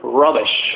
rubbish